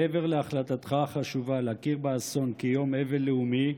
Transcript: מעבר להחלטתך החשובה להכיר באסון כיום אבל לאומי,